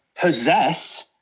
possess